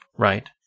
right